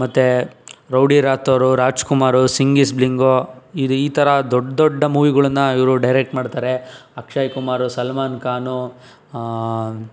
ಮತ್ತೆ rowdy Rathore Rajkumar Singh is bling ಈ ರಿ ಈ ಥರ ದೊಡ್ಡ ದೊಡ್ಡ ಮೂವಿಗಳನ್ನು ಇವರು ಡೈರೆಕ್ಟ್ ಮಾಡ್ತಾರೆ ಅಕ್ಷಯ್ ಕುಮಾರ್ ಸಲ್ಮಾನ್ ಖಾನ್